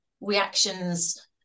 reactions